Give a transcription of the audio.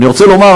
אני רוצה לומר,